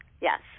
yes